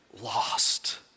lost